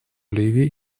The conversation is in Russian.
ливии